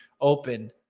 Open